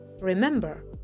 Remember